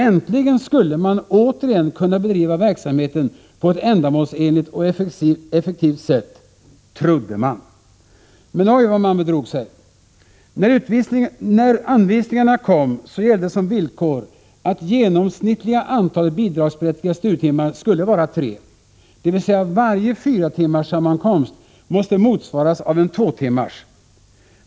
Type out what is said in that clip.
Äntligen skulle man återigen kunna bedriva verksamheten på ett ändamålsenligt och effektivt sätt — trodde man. Men oj, vad man bedrog sig. När anvisningarna kom så gällde som villkor att det genomsnittliga antalet bidragsberättigade studietimmar skulle vara tre, dvs. varje fyratimmarssammankomst måste motsvaras av en tvåtimmars.